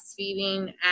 breastfeeding